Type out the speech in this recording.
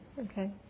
Okay